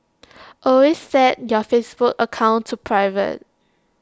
always set your Facebook account to private